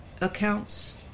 accounts